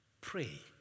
Pray